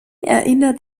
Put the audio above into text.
erinnert